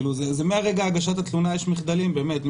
כלומר מרגע הגשת התלונה יש מחדלים באמת.